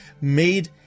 made